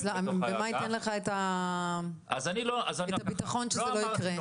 ומה ייתן לך את הביטחון שזה לא יקרה שוב?